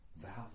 value